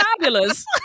Fabulous